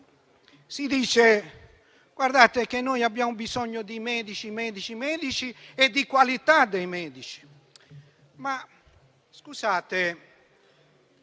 Si dice che noi abbiamo bisogno di medici e di qualità dei medici.